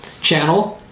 channel